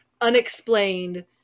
unexplained